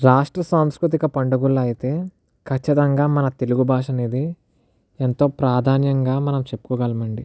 రాష్ట్ర సాంస్కృతిక పండుగల్లో అయితే ఖచ్చితంగా మన తెలుగు భాష అనేది ఎంతో ప్రాధాన్యంగా మనం చెప్పుకోగలం అండి